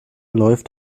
läuft